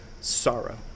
sorrow